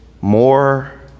more